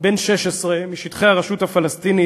בן 16 משטחי הרשות הפלסטינית,